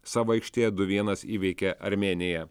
savo aikštėje du vienas įveikė armėniją